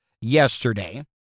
yesterday